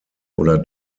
oder